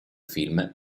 film